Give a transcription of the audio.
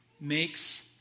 makes